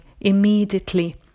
immediately